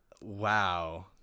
wow